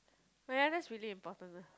oh ya that's really important ah